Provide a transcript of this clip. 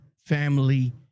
family